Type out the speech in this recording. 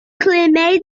climate